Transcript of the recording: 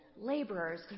laborers